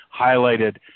highlighted